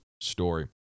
story